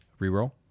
Reroll